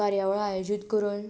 कार्यावळी आयोजीत करून